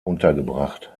untergebracht